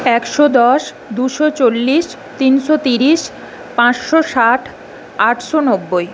একশো দশ দুশো চল্লিশ তিনশো তিরিশ পাঁচশো ষাট আটশো নব্বই